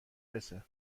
رسه